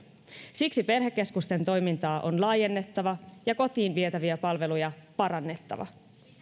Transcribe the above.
siksi perhekeskusten toimintaa on laajennettava ja kotiin vietäviä palveluja parannettava